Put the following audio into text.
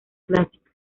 clásica